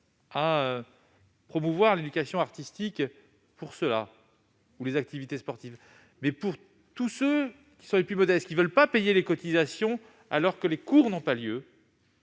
à promouvoir l'éducation artistique de leurs enfants. pour les activités sportives. Mais dans les familles les plus modestes, qui ne veulent pas payer les cotisations alors que les cours n'ont pas lieu